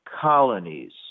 colonies